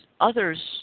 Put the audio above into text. others